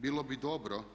Bilo bi dobro